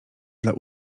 dla